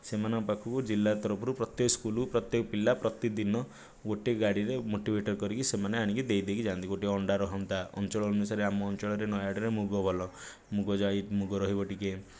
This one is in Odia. ସେମାନଙ୍କ ପାଖକୁ ଜିଲ୍ଲା ତରଫରୁ ପ୍ରତ୍ୟେକ ସ୍କୁଲ୍କୁ ପ୍ରତ୍ୟେକ ପିଲା ପ୍ରତିଦିନ ଗୋଟିଏ ଗାଡ଼ିରେ ମୋଟିଭେଟର୍ କରିକି ସେମାନେ ଆଣିକି ଦେଇଦେଇକି ଯାଆନ୍ତି ଗୋଟିଏ ଅଣ୍ଡା ରୁହନ୍ତା ଅଞ୍ଚଳ ଅନୁସାରେ ଆମ ଅଞ୍ଚଳରେ ନୟାଗଡ଼ରେ ମୁଗ ଭଲ ମୁଗଜାଈ ମୁଗ ରହିବ ଟିକିଏ